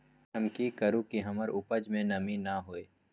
हम की करू की हमर उपज में नमी न होए?